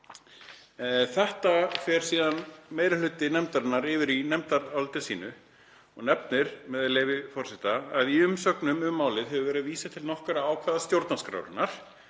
Þetta fer síðan meiri hluti nefndarinnar yfir í nefndaráliti sínu og segir, með leyfi forseta: „Í umsögnum um málið hefur verið vísað til nokkurra ákvæða stjórnarskrárinnar